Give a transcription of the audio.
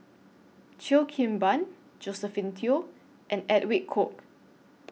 Cheo Kim Ban Josephine Teo and Edwin Koek